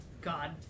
God